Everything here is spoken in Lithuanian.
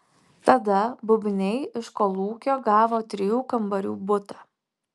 tada bubniai iš kolūkio gavo trijų kambarių butą